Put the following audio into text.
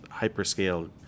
hyperscale